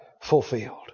fulfilled